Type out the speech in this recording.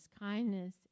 kindness